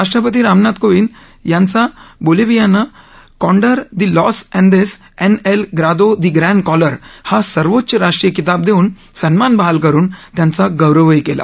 राष्ट्रपति रामनाथ कोविंद यांचा बोलोव्हियानं Condor de los Andes en el Grado de Gran Collar हा सर्वोच्च राष्ट्रीय किताब देऊन सन्मान बहाल करून त्यांचा गौरवही केला